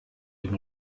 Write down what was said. dem